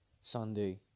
Sunday